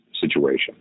situation